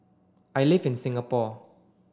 I live in Singapore